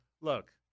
look